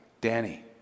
Danny